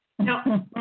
No